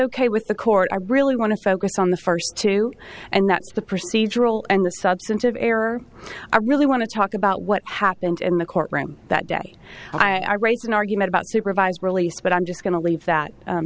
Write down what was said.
ok with the court i really want to focus on the first two and that's the procedural and the substantive error i really want to talk about what happened in the courtroom that day i raised an argument about supervised release but i'm just going to leave that